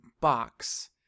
box